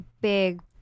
big